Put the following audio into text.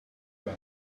that